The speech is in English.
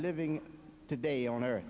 living today on earth